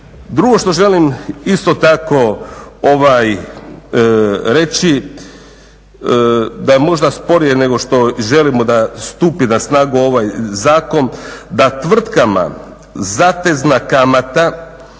Drugo što želim isto tako reći da je možda sporije nego što želimo da stupi na snagu ovaj zakon da tvrtkama zatezna kamata